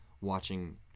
watching